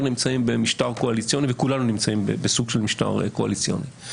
נמצאים במשטר קואליציוני וכולנו נמצאים בסוג של משטר קואליציוני.